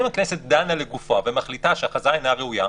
אם הכנסת דנה לגופו של עניין ומחליטה שההכרזה אינה ראויה,